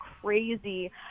crazy